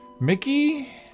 Mickey